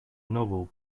novel